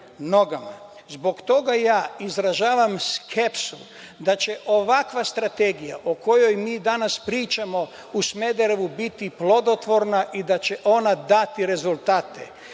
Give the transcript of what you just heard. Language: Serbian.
Zbog toga izražavam skepsu da će ovakva strategija o kojoj danas pričamo, u Smederevu biti plodotvorna i da će ona dati rezultati.